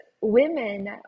women